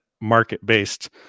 market-based